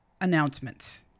announcements